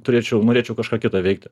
turėčiau norėčiau kažką kita veikti